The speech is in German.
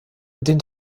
den